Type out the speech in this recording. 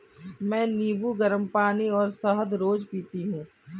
मैं नींबू, गरम पानी और शहद रोज पीती हूँ